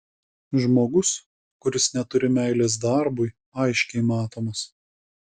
žmogus kuris neturi meilės darbui aiškiai matomas